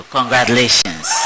Congratulations